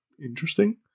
interesting